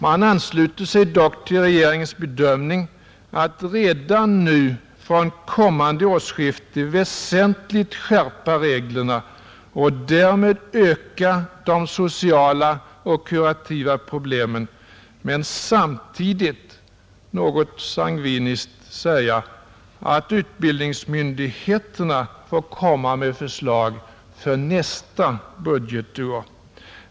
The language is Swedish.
Den ansluter sig dock till regeringens bedömning att reglerna redan från kommande årsskifte väsentligt bör skärpas, varigenom de sociala och kurativa problemen ökar. Samtidigt kan den — något sangviniskt — säga att utbildningsmyndigheterna får framlägga förslag till nästa budgetår.